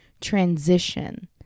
transition